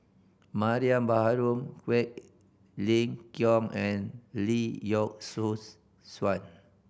Mariam Baharom Quek Ling Kiong and Lee Yock Suan